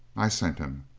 i sent him.